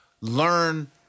learn